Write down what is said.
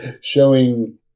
Showing